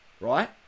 Right